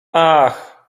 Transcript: ach